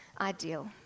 ideal